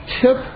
tip